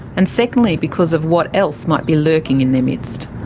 and secondly because of what else might be lurking in their midst,